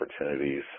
opportunities